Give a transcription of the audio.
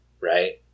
Right